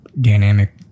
dynamic